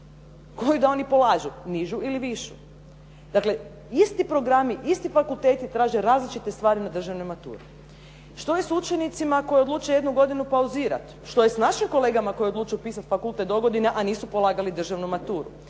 Koji da oni polažu? Nižu ili višu? Dakle, isti programi, isti fakulteti traže različite stvari na državnoj maturi. Što je s učenicima koji odluče jednu godinu pauzirati? Što je s našim kolegama koji odluče upisati fakultet dogodine, a nisu polagali državnu maturu?